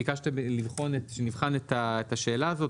ביקשת שנבחן את השאלה הזאת.